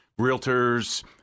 Realtors